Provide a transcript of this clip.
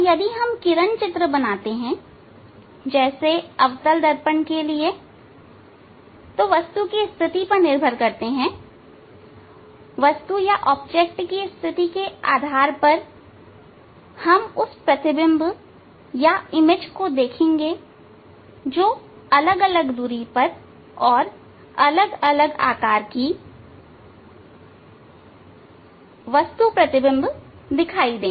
यदि हम किरण चित्र बनाते हैं जैसे अवतल दर्पण के लिएवस्तु की स्थिति पर निर्भर करते वस्तु की स्थिति के आधार पर हम उस प्रतिबिंब को देखेंगे जो अलग अलग दूरी पर और अलग अलग आकार की वस्तु प्रतिबिंब देखेंगे